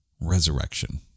resurrection